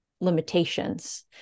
limitations